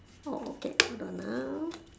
oh okay hold on ah